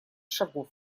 шагов